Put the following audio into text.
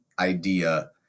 Idea